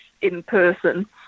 in-person